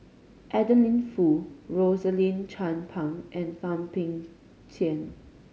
Adeline Foo Rosaline Chan Pang and Thum Ping Tjin